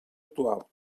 actual